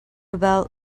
about